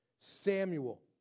Samuel